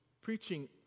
preaching